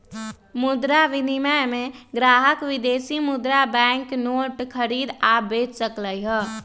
मुद्रा विनिमय में ग्राहक विदेशी मुद्रा बैंक नोट खरीद आ बेच सकलई ह